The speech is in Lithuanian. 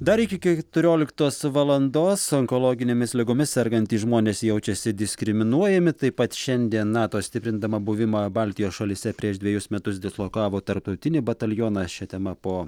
dar iki keturioliktos valandos onkologinėmis ligomis sergantys žmonės jaučiasi diskriminuojami taip pat šiandien nato stiprindama buvimą baltijos šalyse prieš dvejus metus dislokavo tarptautinį batalioną šia tema po